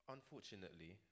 Unfortunately